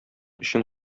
өчен